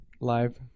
Live